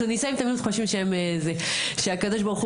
התוניסאים תמיד חושבים שהקדוש ברוך הוא